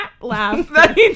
laugh